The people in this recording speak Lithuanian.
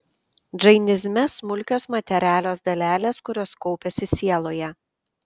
džainizme smulkios materialios dalelės kurios kaupiasi sieloje